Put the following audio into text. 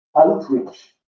outreach